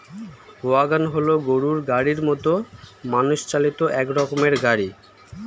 wagon হল গরুর গাড়ির মতো মানুষ চালিত এক রকমের গাড়ি